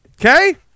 Okay